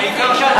העיקר שאת,